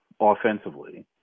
offensively